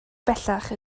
bellach